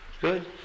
Good